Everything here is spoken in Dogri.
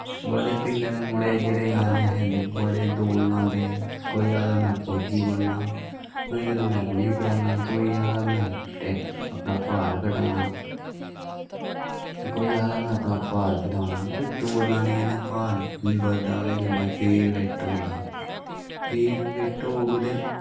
बड़े पिंडा दे मुड़े जेह्ड़े दौड़ लांदे कोई आखदा में फौजी बनना कोई आखदे में कुश करना कोई आखदा में अपना भार घटाना ते कोई आखदा में अपनां भार बदाना दौड़ लानें कन्नै भार नी बददा ओह्दे कन्नै शरीर फिट्ट होंदा शरीर फिट्ट होग ते